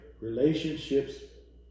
relationships